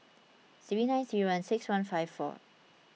three nine three one six one five four